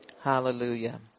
Hallelujah